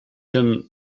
him